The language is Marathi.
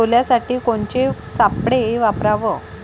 सोल्यासाठी कोनचे सापळे वापराव?